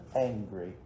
angry